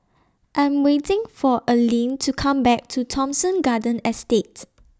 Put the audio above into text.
I'm waiting For Aleen to Come Back to Thomson Garden Estate